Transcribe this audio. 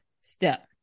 step